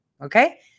Okay